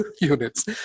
units